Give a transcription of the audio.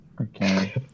Okay